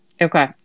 Okay